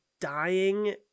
dying